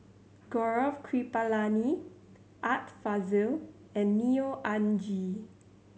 Gaurav Kripalani Art Fazil and Neo Anngee